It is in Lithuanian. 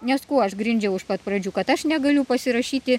nes kuo aš grindžiau iš pat pradžių kad aš negaliu pasirašyti